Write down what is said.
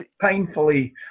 painfully